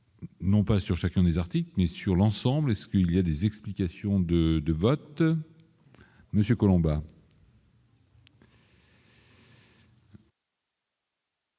non pas sur chacun des articles sur l'ensemble, est ce qu'il y a des explications de de vote monsieur Colombain.